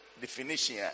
definition